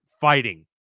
fighting